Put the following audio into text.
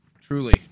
Truly